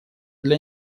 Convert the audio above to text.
для